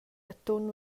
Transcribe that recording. atun